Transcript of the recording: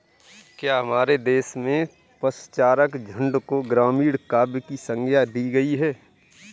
क्या हमारे देश में पशुचारक झुंड को ग्रामीण काव्य की संज्ञा दी गई है?